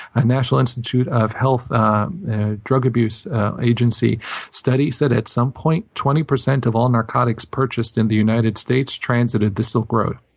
a national institute of health drug abuse agency studies that at some point, twenty percent of all narcotics purchased in the united states transited the silk road.